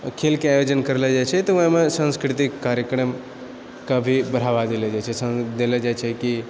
खेलके आयोजन करलो जाइत छै तऽ ओहिमे सान्स्कृतिक कार्यक्रमके भी बढ़ावा देलो जाइत छै देलो जाइत छै कि